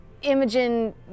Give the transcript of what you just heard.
Imogen